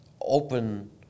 open